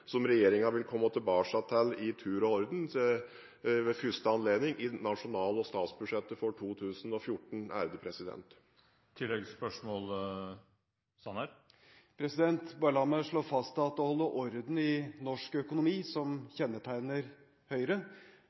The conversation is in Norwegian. som regjeringen vil komme tilbake til i tur og orden, ved første anledning i nasjonal- og statsbudsjettet for 2014. Bare la meg slå fast at å holde orden i norsk økonomi – som kjennetegner Høyre